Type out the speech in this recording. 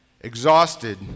Exhausted